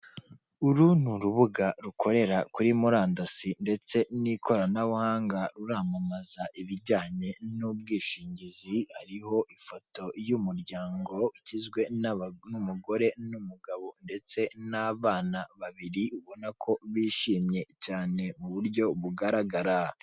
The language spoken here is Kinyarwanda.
Uru ni urubuga rukorera kuri murandasi ndetse n'ikoranabuhanga ruramamaza ibijyanye n'ubwishingizi, hariho ifoto y'umuryango igizwe n'umugore n'umugabo ndetse n'abana babiri ubona ko bishimye cyane mu buryo bugaragara.